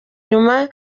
nyuma